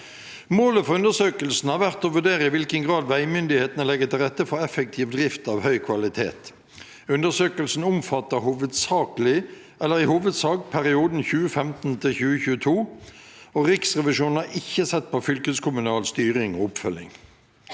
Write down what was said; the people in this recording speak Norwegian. Målet for undersøkelsen har vært å vurdere i hvilken grad veimyndighetene legger til rette for effektiv drift av høy kvalitet. Undersøkelsen omfatter i hovedsak perioden 2015–2022. Riksrevisjonen har ikke sett på fylkeskommunal styring og oppfølging.